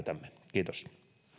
kiitos